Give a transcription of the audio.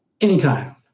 anytime